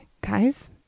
guys